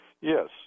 yes